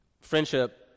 Friendship